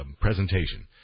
presentation